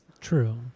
True